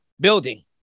building